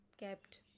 kept